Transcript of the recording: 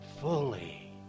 fully